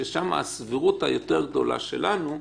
שזה חוץ מהזמנים שיכול להיות שלא ייחשבו בכלל,